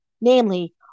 namely